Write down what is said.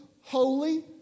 holy